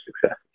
success